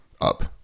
up